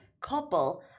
couple